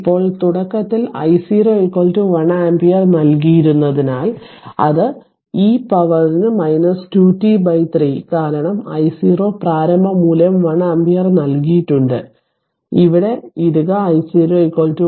ഇപ്പോൾ തുടക്കത്തിൽ I0 1 ampere നൽകിയിരുന്നതിനാൽ അത് e പവറിന് 2 t 3 കാരണം I0 പ്രാരംഭ മൂല്യം 1 ആമ്പിയർ നൽകിയിട്ടുണ്ട് അതിനാൽ ഇവിടെ ഇടുക I0 1